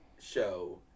show